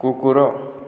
କୁକୁର